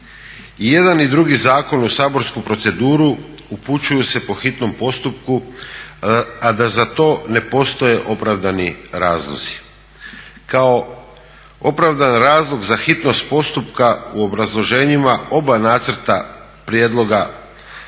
jedan i drugi zakon u saborsku proceduru upućuju se po hitnom postupku a da za to ne postoje opravdani razlozi. Kao opravdan razlog za hitnost postupka u obrazloženjima oba nacrta prijedloga